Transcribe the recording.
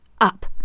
Up